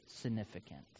significant